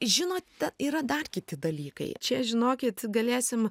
žinot yra dar kiti dalykai čia žinokit galėsim